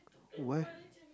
what